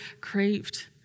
craved